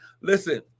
Listen